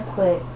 put